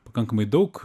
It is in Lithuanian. pakankamai daug